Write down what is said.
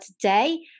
today